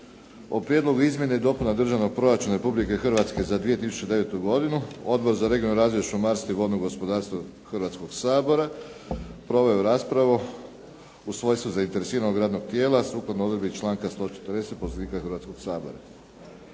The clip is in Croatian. O prijedlogu izmjena i dopuna Državnog proračuna Republike Hrvatske za 2009. godinu Odbor za regionalni razvoj, šumarstvo i vodno gospodarstvo Hrvatskog sabora proveo je raspravu u svojstvu zainteresiranog radnog tijela sukladno odredbi članka 140. Poslovnika Hrvatskog sabora.